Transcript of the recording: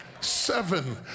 Seven